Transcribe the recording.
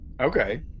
okay